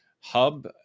hub